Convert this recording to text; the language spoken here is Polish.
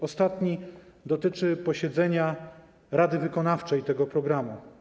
Ostatni dotyczy posiedzenia rady wykonawczej tego programu.